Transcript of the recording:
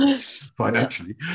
financially